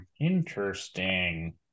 Interesting